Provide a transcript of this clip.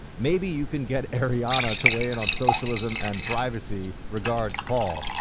maybe you can get ariana to weigh in on socialism and privacy. regards, paul.